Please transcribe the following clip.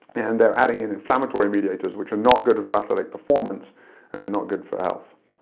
and they're adding in inflammatory mediators, which are not good for athletic performance and they're not good for health.